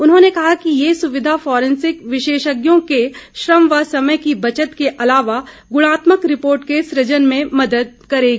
उन्होंने कहा कि ये सुविधा फॉरेंसिक विशेषज्ञों के श्रम व समय की बचत के अलावा गुणात्मक रिपोर्ट के सृजन में मदद करेगी